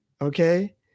okay